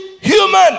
human